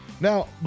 Now